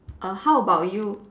err how about you